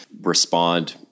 respond